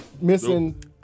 missing